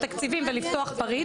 ותקציבים ולפתוח פריט.